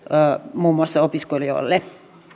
muun muassa opiskelijoille